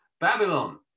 Babylon